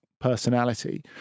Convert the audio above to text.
personality